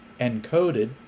encoded